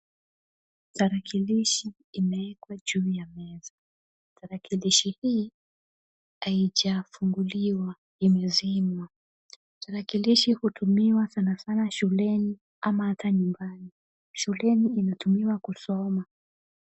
Tarakilishi imewekwa juu ya meza. Tarakilishi hii haijafunguliwa imezimwa. Tarakilishi hutumiwa sana sana shuleni ama hata nyumbani. Shuleni inatumiwa kusoma.